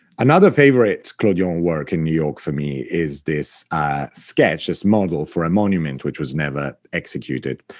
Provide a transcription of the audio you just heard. another favorite clodion work in new york for me is this sketch, this model, for a monument which was never executed,